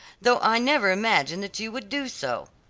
though i never imagined that you would do so.